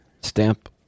stamp